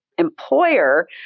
employer